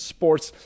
Sports